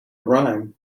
rhyme